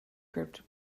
grip